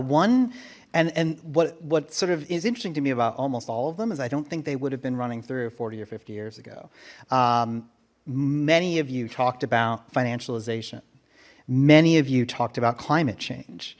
one and and what what sort of is interesting to me about almost all of them is i don't think they would have been running thirty or forty or fifty years ago many of you talked about financialization many of you talked about climate change